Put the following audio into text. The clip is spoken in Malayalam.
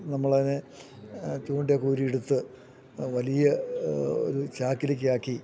നമ്മളതിനെ ചൂണ്ടയൊക്കെ ഊരിയെടുത്ത് വലിയ ഒരു ചാക്കിലേക്ക് ആക്കി